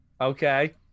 Okay